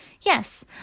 Yes